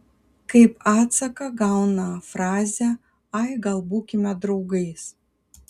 kaip atsaką gauna frazę ai gal būkime draugais